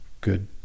good